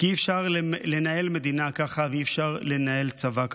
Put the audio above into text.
כי אי-אפשר לנהל מדינה ככה ואי-אפשר לנהל צבא ככה.